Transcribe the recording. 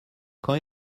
quand